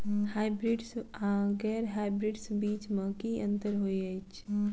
Hybrids आ गैर hybrids बीज म की अंतर होइ अछि?